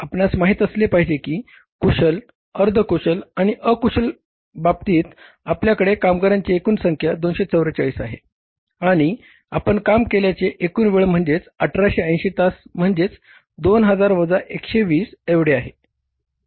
आपणास माहित असले पाहिजे की कुशल अर्धकुशल आणि अकुशल बाबतीत आपल्याकडे कामगारांची एकूण संख्या 244 आहे आणि आपण काम केल्याचे एकूण वेळ म्हणजे 1880 तास म्हणजेच 2000 वजा 120 एवढे आहे